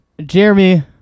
Jeremy